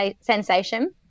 sensation